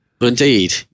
Indeed